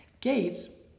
Gates